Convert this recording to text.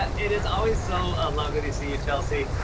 ah it is always so ah lovely to see you, chelsea.